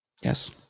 yes